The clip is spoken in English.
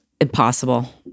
impossible